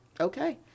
okay